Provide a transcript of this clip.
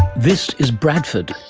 this is bradford,